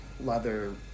leather